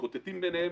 מתקוטטים ביניהם,